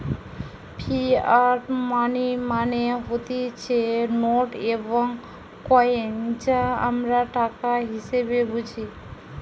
fiat money মানে হতিছে note এবং কইন যা আমরা টাকা হিসেবে বুঝি